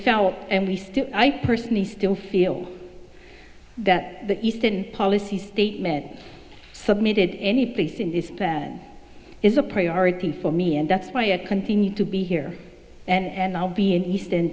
felt and we still i personally still feel that the eastern policy statements submitted any place in this band is a priority for me and that's why i continue to be here and i'll be in eastern